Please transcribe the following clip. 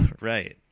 right